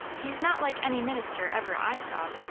he's not like any minister ever i saw.